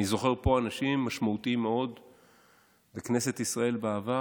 אני זוכר אנשים משמעותיים מאוד פה בכנסת ישראל בעבר,